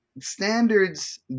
Standards